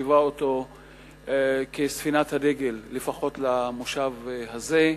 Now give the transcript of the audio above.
מחשיבה אותו כספינת הדגל, לפחות למושב הזה.